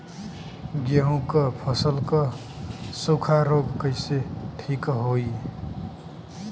गेहूँक फसल क सूखा ऱोग कईसे ठीक होई?